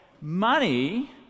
Money